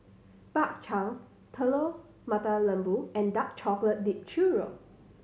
Bak Chang Telur Mata Lembu and dark chocolate dip churro